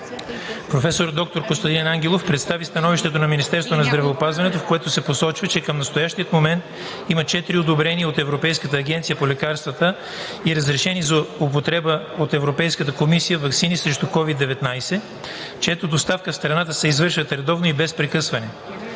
Професор доктор Костадин Ангелов представи становището на Министерството на здравеопазването, в което се посочва, че към настоящия момент има четири одобрени от Европейската агенция по лекарствата и разрешени за употреба от Европейската комисия ваксини срещу COVID-19, чиито доставки в страната се извършват редовно и без прекъсване.